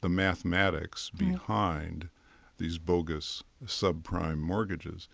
the mathematics behind these bogus subprime mortgages.